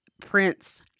Prince